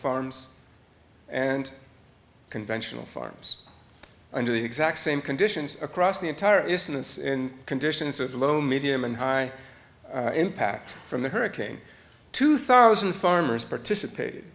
farms and conventional farms under the exact same conditions across the entire instance and conditions of low medium and high impact from the hurricane two thousand farmers participated